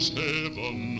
heaven